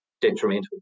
Detrimental